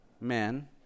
men